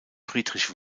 friedrich